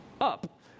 up